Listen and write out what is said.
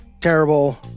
terrible